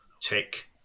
tick